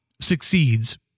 succeeds